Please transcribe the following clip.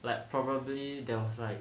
like probably there was like